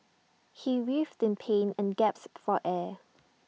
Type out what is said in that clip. he writhed in pain and gasped for air